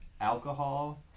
alcohol